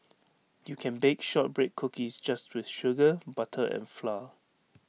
you can bake Shortbread Cookies just with sugar butter and flour